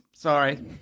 Sorry